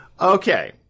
Okay